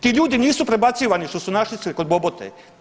Ti ljudi nisu prebacivani što su našli ih kod Bobote.